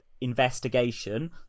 Investigation